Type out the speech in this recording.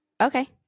Okay